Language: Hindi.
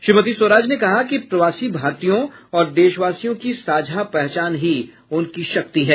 श्रीमती स्वराज ने कहा कि प्रवासी भारतीयों और देशवासियों की साझा पहचान ही उनकी शक्ति है